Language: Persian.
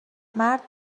مرد